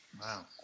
Wow